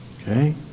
Okay